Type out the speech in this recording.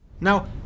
Now